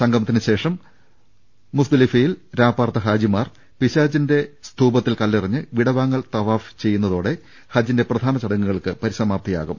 സംഗമത്തിനുശേഷം മുസ്ദലിഫയിൽ രാപ്പാർത്ത് ഹാജിമാർ പിശാചിന്റെ സ്തൂപത്തിൽ കല്ലെറിഞ്ഞ് വിടവാങ്ങൽ തവാഫ് ചെയ്യു ന്നതോടെ ഹജ്ജിന്റെ പ്രധാന ചടങ്ങുകൾക്ക് പരിസമാ പ്തിയാകും